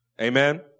Amen